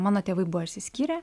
mano tėvai buvo išsiskyrę